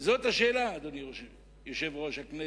זאת השאלה, אדוני יושב-ראש הכנסת.